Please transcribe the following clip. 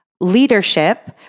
Leadership